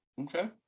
Okay